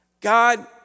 God